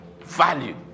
Value